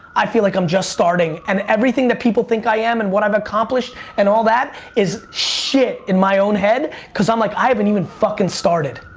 i feel like i'm just starting and everything that people think i am and what i've accomplished and all that is shit in my own head cause i'm like, i haven't even fuckin' started.